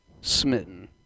Smitten